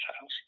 house